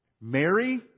Mary